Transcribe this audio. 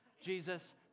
Jesus